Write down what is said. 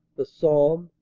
the somme,